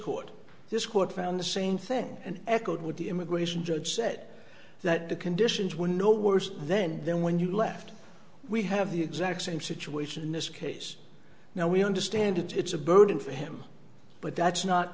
court this court found the same thing and echoed what the immigration judge said that the conditions were no worse then then when you left we have the exact same situation in this case now we understand it's a burden for him but that's not